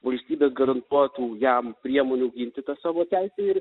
valstybės garantuotų jam priemonių ginti tą savo teisę ir